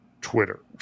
Twitter